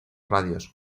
radios